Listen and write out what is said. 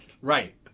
Right